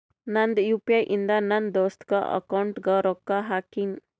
ನಂದ್ U P I ಇಂದ ನನ್ ದೋಸ್ತಾಗ್ ಅಕೌಂಟ್ಗ ರೊಕ್ಕಾ ಹಾಕಿನ್